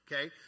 Okay